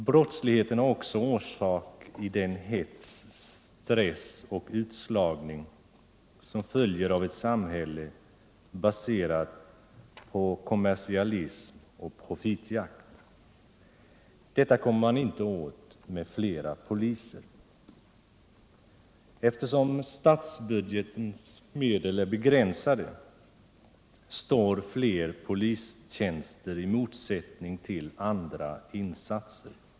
Brottsligheten har också sin orsak i den hets, stress och utslagning som följer av ett samhälle baserat på kommersialism och profitjakt. Detta kommer man inte åt med flera poliser. Eftersom statsbudgetens medel är begränsade, står flera polistjänster i motsättning till andra insatser.